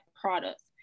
products